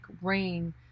rain